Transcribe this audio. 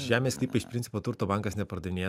žemės sklypai iš principo turto bankas nepardavinėja